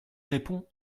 répond